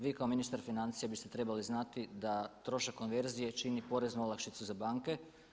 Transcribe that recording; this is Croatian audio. Vi kao ministar financija biste trebali znati da trošak konverzije čini poreznu olakšicu za banke.